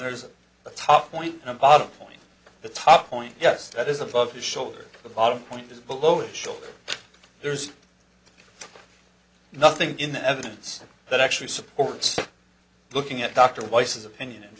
there's the top point and bottom point the top point yes that is above the shoulder the bottom point is below the shoulder there's nothing in the evidence that actually supports looking at dr weiss opinion and